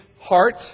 heart